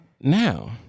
Now